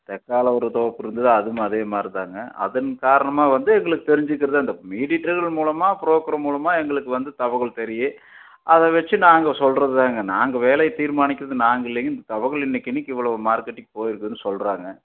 தெற்கால ஒரு தோப்பு இருந்தது அதுவும் அதே மாதிரி தாங்க அதன் காரணமாக வந்து எங்களுக்கு தெரிஞ்சுக்கிறது அந்த மீடியேட்டர்கள் மூலமாக ப்ரோக்கர் மூலமாக எங்களுக்கு வந்து தகவல் தெரியும் அதை வெச்சு நாங்கள் சொல்கிறது தாங்க நாங்கள் விலைய தீர்மானிக்கிறது நாங்கள் இல்லைங்க இந்த தகவல் இன்றைக்கி இன்றைக்கி இவ்வளோ மார்க்கெட்டுக்கு போயிருக்குதுனு சொல்கிறாங்க